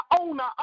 owner